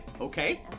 Okay